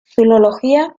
filología